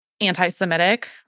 anti-Semitic